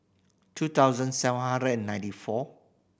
two thousand seven hundred ninety four